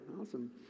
Awesome